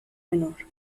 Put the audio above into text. menor